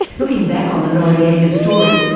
looking back on the noriega story,